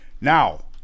Now